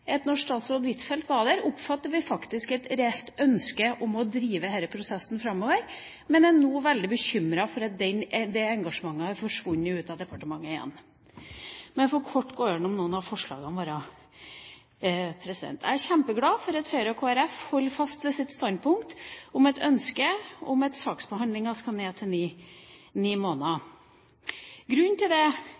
et reelt ønske om å drive denne prosessen framover, men er nå veldig bekymret for at det engasjementet har forsvunnet ut av departementet igjen. La meg kort få gå igjennom noen av forslagene våre. Jeg er kjempeglad for at Høyre og Kristelig Folkeparti holder fast ved sitt standpunkt om å ønske at saksbehandlingen skal ned til ni måneder. Grunnen til det